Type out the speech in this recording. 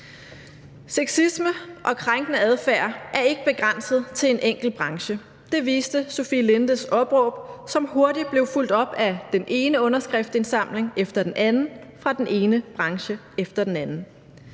Sexisme og krænkende adfærd er ikke begrænset til en enkelt branche. Det viste Sofie Lindes opråb, som hurtigt blev fulgt op af den ene underskriftindsamling efter den anden fra den ene branche efter den anden.